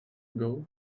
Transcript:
ago